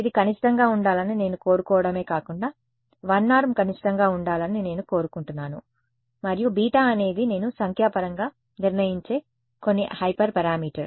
ఇది కనిష్టంగా ఉండాలని నేను కోరుకోవడమే కాకుండా 1 నార్మ్ కనిష్టంగా ఉండాలని నేను కోరుకుంటున్నాను మరియు బీటా అనేది నేను సంఖ్యాపరంగా నిర్ణయించే కొన్ని హైపర్ పారామీటర్